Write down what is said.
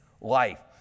life